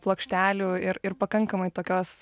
plokštelių ir ir pakankamai tokios